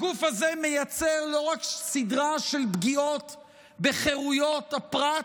הגוף הזה מייצר לא רק סדרה של פגיעות בחירויות הפרט,